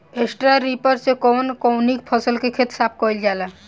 Straw reaper से कवन कवनी फसल के खेत साफ कयील जाला?